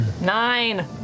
Nine